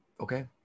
Okay